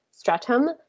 Stratum